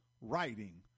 writing